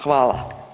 Hvala.